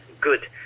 good